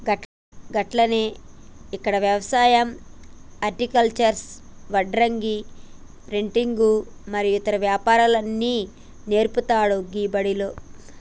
గట్లనే ఇక్కడ యవసాయం హర్టికల్చర్, వడ్రంగి, ప్రింటింగు మరియు ఇతర వ్యాపారాలు అన్ని నేర్పుతాండు గీ బడిలో